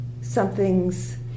something's